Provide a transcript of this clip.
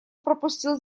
пропустил